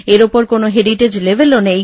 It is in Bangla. এর ওপর কোন হেরিটেজ লেবেলও নেই